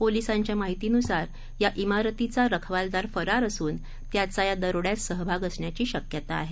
पोलिसांच्या माहितीनुसार या सारतीचा रखवालदार फरार असून त्याचा या दरोड्यात सहभाग असण्याची शक्यता आहे